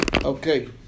Okay